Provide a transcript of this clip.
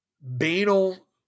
banal